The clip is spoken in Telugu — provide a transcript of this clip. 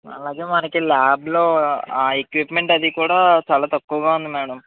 అలాగే మనకి ల్యాబ్ లో ఆ ఎక్విప్మెంట్ అది కూడా చాలా తక్కువగా ఉంది మ్యాడమ్